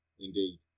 indeed